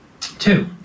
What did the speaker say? Two